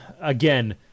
again